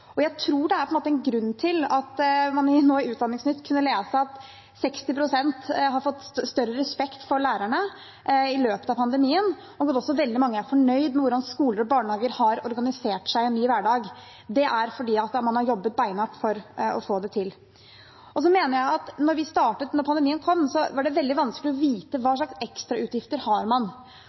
Jeg tror det er en grunn til at man nå i Utdanningsnytt kan lese at 60 pst. har fått større respekt for lærerne i løpet av pandemien, og at veldig mange også er fornøyde med hvordan skoler og barnehager har organisert seg i en ny hverdag. Det er fordi man har jobbet beinhardt for å få det til. Da pandemien kom, var det veldig vanskelig å vite hva slags ekstrautgifter man har.